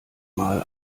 mal